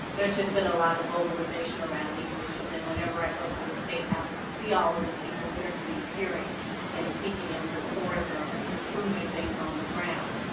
there's just been but a lot of mobilization around these issues. and whenever i go to the state house and see all of the people there for these hearings and speaking in support of improving things on the ground,